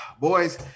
Boys